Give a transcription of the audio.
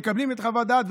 מקבלים את חוות הדעת,